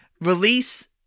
release